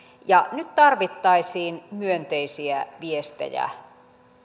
nyt tarvittaisiin myönteisiä viestejä